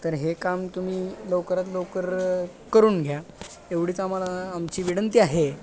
तर हे काम तुम्ही लवकरात लवकर करून घ्या एवढीच आम्हाला आमची विनंती आहे